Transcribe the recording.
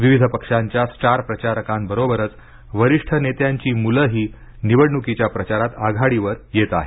विविध पक्षांच्या स्टार प्रचारकांबरोबरच वरिष्ठ नेत्यांची मुलेही निवडणुकीच्या प्रचारात आघाडीवर येत आहेत